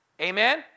amen